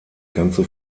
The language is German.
ganze